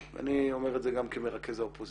אני מבחינתי, ואני אומר את זה גם כמרכז האופוזיציה